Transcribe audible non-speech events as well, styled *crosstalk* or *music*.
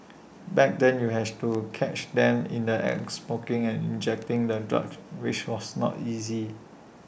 *noise* back then you has to catch them in the act smoking and injecting the drugs which was not easy